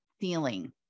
feeling